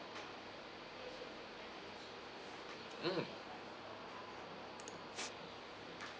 mm